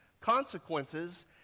consequences